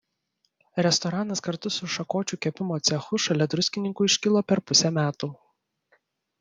restoranas kartu su šakočių kepimo cechu šalia druskininkų iškilo per pusę metų